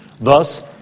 Thus